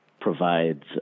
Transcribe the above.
provides